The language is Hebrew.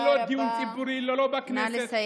-- ללא דיון ציבורי, לא בכנסת.